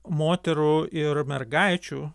moterų ir mergaičių